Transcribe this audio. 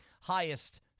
highest